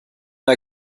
der